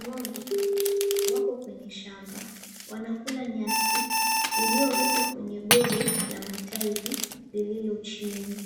Ng'ombe wako kwenye shamba wanakula nyasi zilizowekwa kwenye gogo la magurudumu lililo chini.